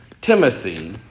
Timothy